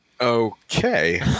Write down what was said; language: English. Okay